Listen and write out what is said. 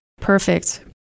Perfect